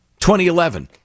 2011